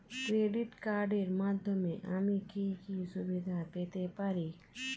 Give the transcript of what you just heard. Credit কার্ডের মাধ্যমে আমি কি কি সুবিধা পেতে পারি?